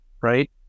right